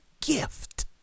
gift